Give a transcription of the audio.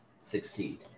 succeed